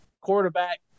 quarterback